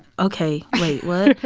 ok, wait what?